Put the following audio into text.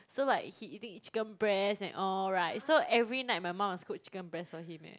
so like he eating chicken breast and all right so every night my mum must cook chicken breast for him eh